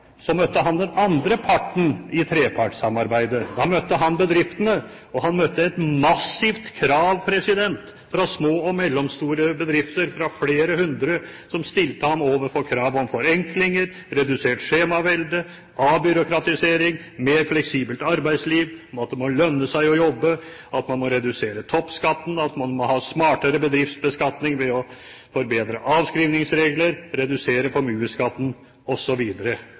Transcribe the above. møtte han den andre parten i trepartssamarbeidet. Da møtte han bedriftene, og han møtte et massivt krav fra små og mellomstore bedrifter, fra flere hundre, som stilte ham overfor krav om forenklinger, redusert skjemavelde, avbyråkratisering og et mer fleksibelt arbeidsliv, om at det må lønne seg å jobbe, at man må redusere toppskatten, at man må ha smartere bedriftsbeskatning ved å forbedre avskrivningsregler, at man må redusere formuesskatten,